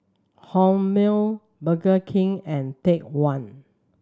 Hormel Burger King and Take One